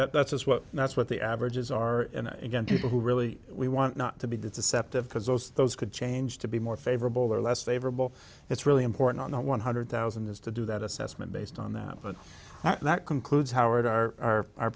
mean that's what that's what the averages are again people who really we want not to be deceptive because those those could change to be more favorable or less favorable it's really important on the one hundred thousand is to do that assessment based on that but that concludes howard are our